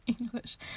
English